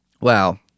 Wow